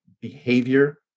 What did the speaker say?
behavior